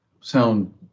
sound